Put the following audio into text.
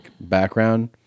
background